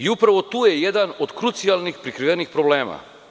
Upravo tu je jedan od krucijalnih prikrivenih problema.